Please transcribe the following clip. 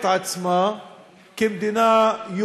מדינה,